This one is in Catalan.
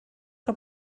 que